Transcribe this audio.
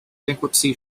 bankruptcy